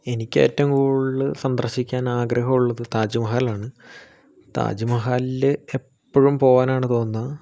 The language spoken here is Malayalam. എനിക്ക് ഏറ്റവും കൂടുതൽ സന്ദർശിക്കാൻ ആഗ്രഹം ഉള്ളത് താജ് മഹൽ ആണ് താജ് മഹലിൽ എപ്പോഴും പോവാനാണ് തോന്നുന്നത്